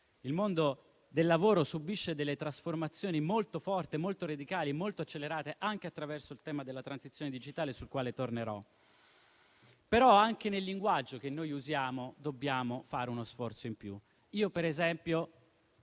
cambiato: subisce trasformazioni molto forti, molto radicali e molto accelerate, anche attraverso il tema della transizione digitale, sul quale tornerò, però anche nel linguaggio che usiamo dobbiamo fare uno sforzo in più. Io, per esempio,